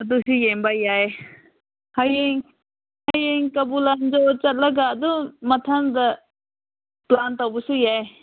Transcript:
ꯑꯗꯨꯁꯨ ꯌꯦꯡꯕ ꯌꯥꯏ ꯍꯌꯦꯡ ꯍꯌꯦꯡ ꯀꯩꯕꯨꯜ ꯂꯝꯖꯥꯎ ꯆꯠꯂꯒ ꯑꯗꯨꯝ ꯃꯊꯪꯗ ꯄ꯭ꯂꯥꯟ ꯇꯧꯕꯁꯨ ꯌꯥꯏ